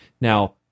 Now